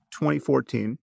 2014